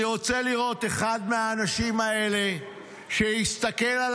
אני רוצה לראות אחד מהאנשים האלה שיסתכל על